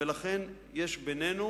ולכן יש בינינו